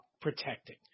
protecting